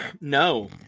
No